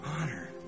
honor